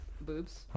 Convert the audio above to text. boobs